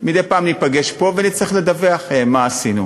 מדי פעם ניפגש פה ונצטרך לדווח מה עשינו.